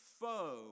foe